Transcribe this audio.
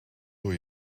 door